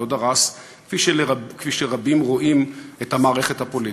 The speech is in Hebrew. לא דרס כפי שרבים רואים את המערכת הפוליטית.